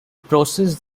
process